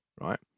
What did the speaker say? right